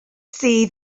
see